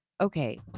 Okay